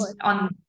on